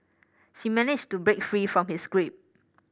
she managed to break free from his grip